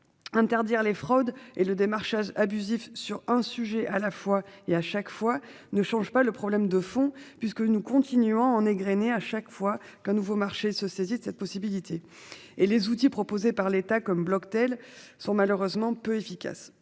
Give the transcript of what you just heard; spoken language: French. Interdire les fraude et le démarchage abusif sur un sujet à la fois et à chaque fois ne change pas le problème de fond puisque nous continuons à en égréner à chaque fois qu'un nouveau marché se saisissent cette possibilité et les outils proposés par l'État comme Bloctel sont malheureusement peu efficace.